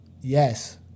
Yes